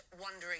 wondering